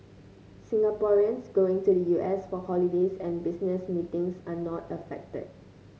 Singaporeans going to the U S for holidays and business meetings are not affected